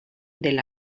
del